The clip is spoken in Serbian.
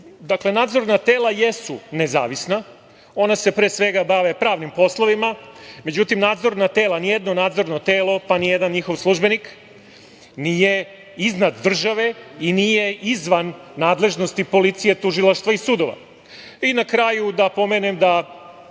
jednom. Nadzorna tela jesu nezavisna, ona se pre svega bave pravnim poslovima. Međutim, ni jedno nadzorno telo, pa ni jedan njihov službenik, nije iznad države i nije izvan nadležnosti policije, tužilaštva i sudova. I na kraju, da pomenem,